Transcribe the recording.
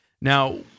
Now